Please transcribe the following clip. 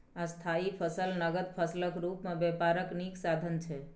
स्थायी फसल नगद फसलक रुप मे बेपारक नीक साधन छै